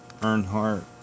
Earnhardt